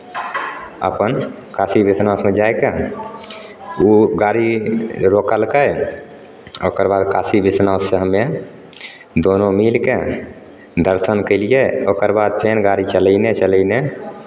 अपन काशी विश्वनाथमे जा कऽ ओ गाड़ी रोकलकै आ ओकरबाद काशी विश्वनाथसे हम्मे दोनो मिलि कऽ दर्शन कयलियै ओकरबाद फेर गाड़ी चलयने चलयने